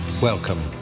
Welcome